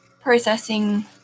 processing